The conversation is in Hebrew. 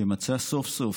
שמצא סוף-סוף,